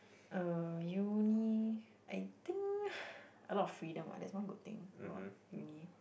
uh uni I think a lot of freedom ah that's one good thing about uni